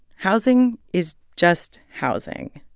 housing is just housing.